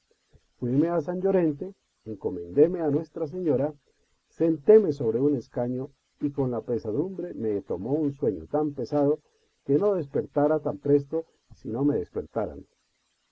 a san llorente encomendéme a nuestra señora sentéme sobre un escaño y con la pesadu mbre me tomó un sueño tan pesado que no despertara tan presto si no me despertaran